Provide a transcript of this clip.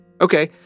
Okay